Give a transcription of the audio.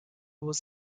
was